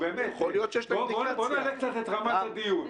נו, באמת, בוא נעלה קצת את רמת הדיון.